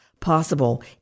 possible